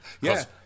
Yes